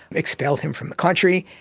expelled him from the country,